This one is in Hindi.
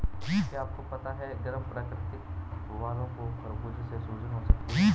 क्या आपको पता है गर्म प्रकृति वालो को खरबूजे से सूजन हो सकती है?